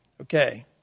okay